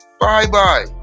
bye-bye